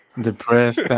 depressed